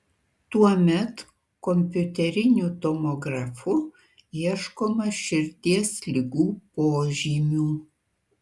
tuomet kompiuteriniu tomografu ieškoma širdies ligų požymių